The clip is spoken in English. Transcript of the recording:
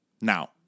Now